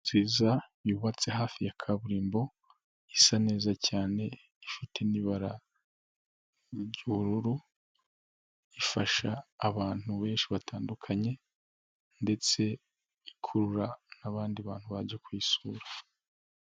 Inzu inza yubatse hafi ya kaburimbo, isa neza cyane ifite n'ibara ry'ubururu, ifasha abantu benshi batandukanye, ndetse ikurura n'abandi bantu baje kuyisura.